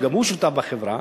שגם הוא שותף בחברה,